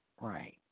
Right